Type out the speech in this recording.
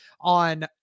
on